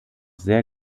sehr